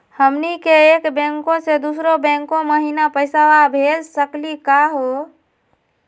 हमनी के एक बैंको स दुसरो बैंको महिना पैसवा भेज सकली का हो?